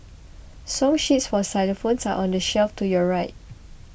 song sheets for xylophones are on the shelf to your right